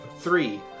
three